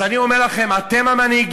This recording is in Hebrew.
אז אני אומר לכם: אתם המנהיגים,